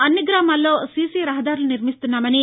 అన్ని గ్రామాల్లో సీసీ రహదారులు నిర్మిస్తున్నామని